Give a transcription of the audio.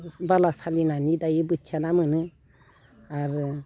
बाला सालिनानै दायो बोथिया ना मोनो आरो